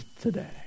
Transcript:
today